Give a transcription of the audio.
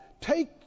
take